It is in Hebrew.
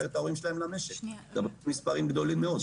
ההערכה שלנו שאלה יכולים להיות מספרים גדולים מאוד.